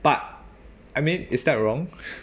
but I mean is that wrong